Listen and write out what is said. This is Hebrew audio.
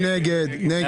מי נגד?